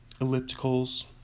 ellipticals